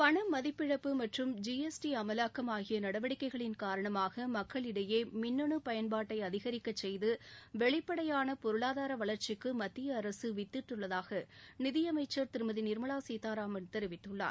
பணமதிப்பிழப்பு மற்றும் ஜிஎஸ்டி அமலாக்கம் ஆகிய நடவடிக்கைகளின் காரணமாக மக்களிடையே மின்னு பயன்பாட்டை அதிகரிக்க செய்து வெளிப்படையான பொருளாதார வளர்ச்சிக்கு வித்திட்டுள்ளதாக நிதியமைச்சர் நிர்மலா சீதாராமன் தெரிவித்துள்ளார்